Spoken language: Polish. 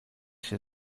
się